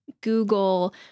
Google